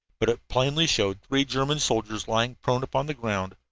but it plainly showed three german soldiers lying prone upon the ground,